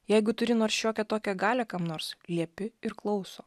jeigu turi nors šiokią tokią galią kam nors liepi ir klauso